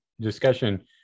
discussion